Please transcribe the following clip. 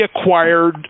acquired